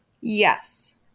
Yes